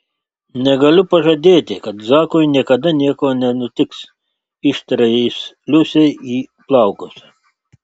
negaliu pažadėti kad zakui niekada nieko nenutiks ištarė jis liusei į plaukus